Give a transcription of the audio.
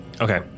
Okay